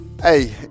hey